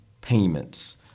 payments